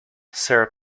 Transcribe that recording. sarah